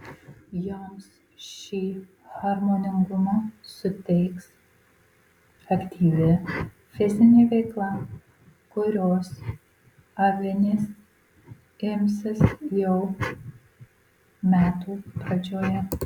joms šį harmoningumą suteiks aktyvi fizinė veikla kurios avinės imsis jau metų pradžioje